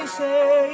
say